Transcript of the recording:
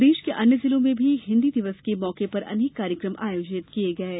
प्रदेश के अन्य जिलों में भी हिन्दी दिवस के मौके पर अनेक कार्यक्रम आयोजित किये गये